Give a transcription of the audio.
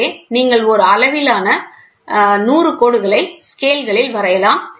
எனவே நீங்கள் ஒரு அளவிலான 100 கோடுகளை ஸ்கேல்களில் வரையலாம்